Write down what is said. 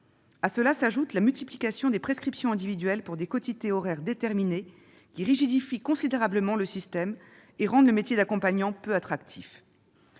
À cela s'ajoute la multiplication des prescriptions individuelles pour des quotités horaires déterminées qui rigidifient considérablement le système et rendent le métier d'accompagnant peu attractif.